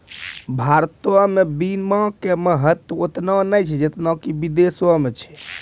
भारतो मे बीमा के महत्व ओतना नै छै जेतना कि विदेशो मे छै